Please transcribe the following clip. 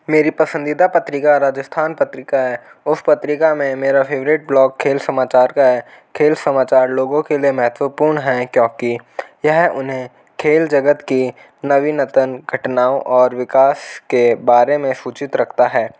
मेरी पसंदीदा पत्रिका राजस्थान पत्रिका है उस पत्रिका में मेरा फेवरेट ब्लॉग खेल समाचार का है खेल समाचार लोगों के लिए महत्वपूर्ण हैं क्योंकि यह उन्हें खेल जगत की नवीनतम घटनाओं और विकास के बारे में सूचित रखता है